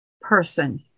person